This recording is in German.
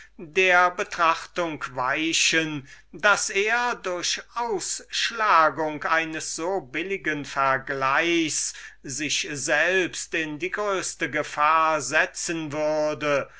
der gründlichern betrachtung weichen daß er durch ausschlagung eines so billig scheinenden verglichs sich selbst in gefahr setzen würde